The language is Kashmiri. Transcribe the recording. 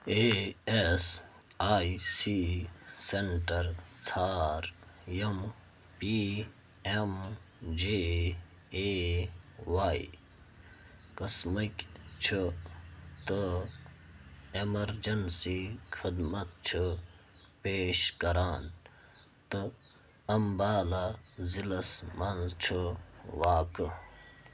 A S I C centre ژھار یِم P M J A Y قٕسمٕکۍ چھِ تہٕ اٮ۪مَرجَنسی خدمت چھِ پیش کران تہٕ اَمبالا ضِلعَس منٛز چھُ واقعہٕ